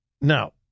Now